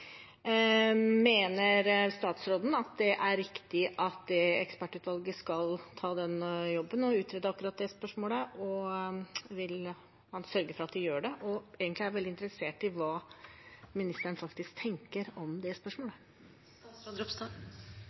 Mener statsråden det er riktig at ekspertutvalget skal ta den jobben og utrede akkurat det spørsmålet, og vil han sørge for at de gjør det? Egentlig er jeg veldig interessert i hva statsråden faktisk tenker om det